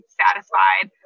satisfied